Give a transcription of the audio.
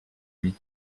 uni